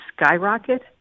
skyrocket